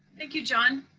thank you, john.